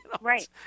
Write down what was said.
right